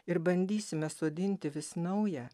ir bandysime sodinti vis naują